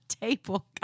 table